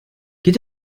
geht